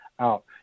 out